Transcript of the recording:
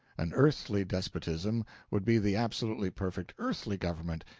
an earthly despotism would be the absolutely perfect earthly government,